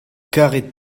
karet